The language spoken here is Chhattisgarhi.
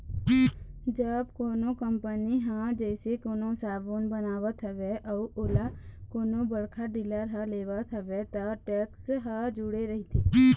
जब कोनो कंपनी ह जइसे कोनो साबून बनावत हवय अउ ओला कोनो बड़का डीलर ह लेवत हवय त टेक्स ह जूड़े रहिथे